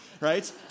right